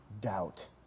Doubt